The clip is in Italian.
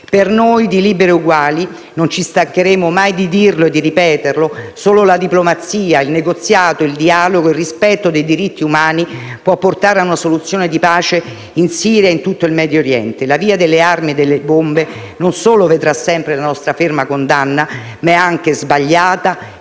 Per noi di Liberi e Uguali - non ci stancheremo mai di dirlo e di ripeterlo - solo la diplomazia, il negoziato, il dialogo e il rispetto dei diritti umani possono portare a una soluzione di pace in Siria e in tutto il Medioriente. La via delle armi e delle bombe non solo vedrà sempre la nostra ferma condanna, ma è anche sbagliata e